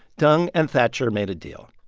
deng and thatcher made a deal.